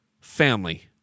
family